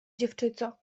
dziewczyco